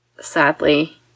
Sadly